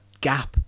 gap